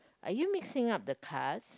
are you mixing up the cards